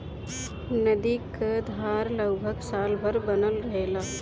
नदी क धार लगभग साल भर बनल रहेला